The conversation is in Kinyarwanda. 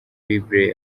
bible